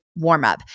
warmup